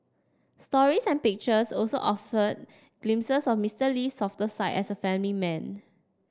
stories and pictures also offered glimpses of Mister Lee's softer side as a family man